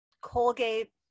Colgate